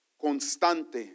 constante